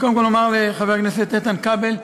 אני קודם כול אומר לחבר הכנסת איתן כבל,